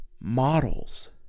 models